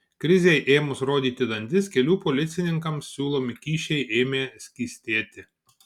krizei ėmus rodyti dantis kelių policininkams siūlomi kyšiai ėmė skystėti